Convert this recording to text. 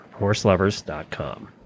horselovers.com